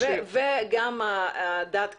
וגם דעת הקהל.